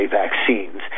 vaccines